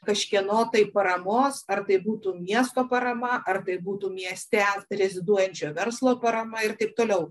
kažkieno tai paramos ar tai būtų miesto parama ar tai būtų mieste reziduojančio verslo parama ir taip toliau